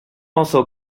also